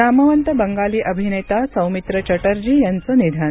नामवंत बंगाली अभिनेता सौमित्र चटर्जी यांचं निधन